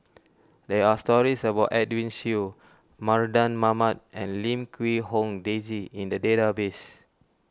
there are stories about Edwin Siew Mardan Mamat and Lim Quee Hong Daisy in the database